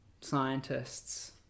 scientists